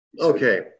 Okay